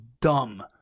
dumb